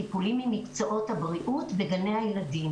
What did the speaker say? טיפולים ממקצועות הבריאות בגני הילדים.